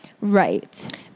right